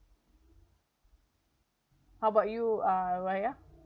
how about you uh raya